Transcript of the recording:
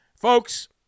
Folks